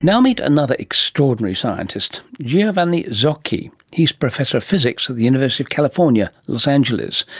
now meet another extraordinary scientist, giovanni zocchi. he is professor of physics at the university of california, los angeles,